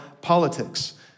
politics